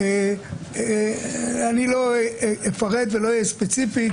אני לא אפרט ולא אהיה ספציפי,